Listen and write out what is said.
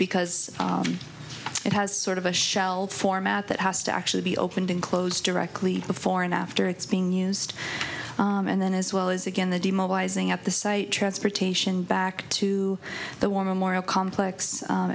because it has sort of a shell format that has to actually be opened in closed directly before and after it's being used and then as well as again the demobilizing at the site transportation back to the war memorial complex